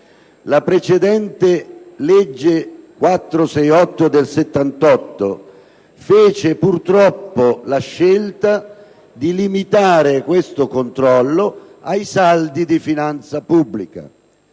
spese. La legge n. 468 del 1978 fece, purtroppo, la scelta di limitare questo controllo ai saldi di finanza pubblica.